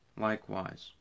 Likewise